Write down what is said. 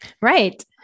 Right